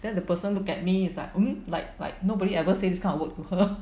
then the person look at me is like only like like nobody ever say this kind of word to her